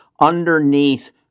underneath